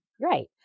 Right